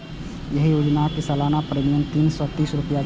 एहि योजनाक सालाना प्रीमियम तीन सय तीस रुपैया छै